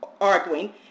arguing